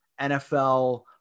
NFL